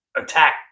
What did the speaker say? attack